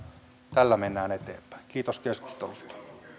tällä mennään eteenpäin kiitos keskustelusta